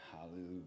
Hallelujah